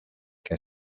que